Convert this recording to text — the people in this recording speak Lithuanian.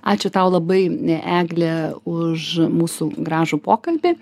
ačiū tau labai egle už mūsų gražų pokalbį